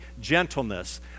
gentleness